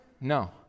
no